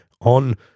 on